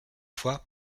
fois